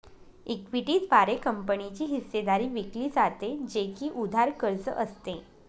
equity द्वारे कंपनीची हिस्सेदारी विकली जाते, जे की उधार कर्ज असते